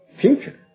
future